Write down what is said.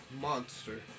Monster